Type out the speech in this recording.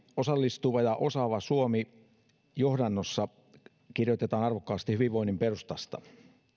osallistuva ja osaava suomi johdannossa kirjoitetaan arvokkaasti hyvinvoinnin perustasta